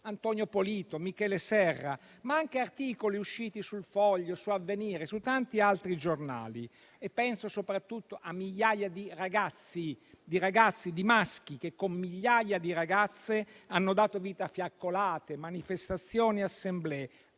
Antonio Polito, Michele Serra. Penso anche ad articoli usciti su «Il Foglio», su «Avvenire» e su tanti altri giornali. Penso soprattutto a migliaia di ragazzi, di maschi che, con migliaia di ragazze, hanno dato vita a fiaccolate, manifestazioni e assemblee.